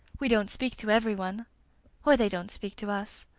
we don't speak to everyone or they don't speak to us.